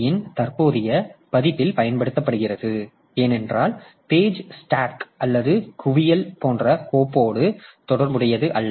யின் தற்போதைய பதிப்பில் பயன்படுத்தப்படுகிறது ஏனென்றால் பேஜ் ஸ்டேக் அல்லது குவியல் போன்ற கோப்போடு தொடர்புடையது அல்ல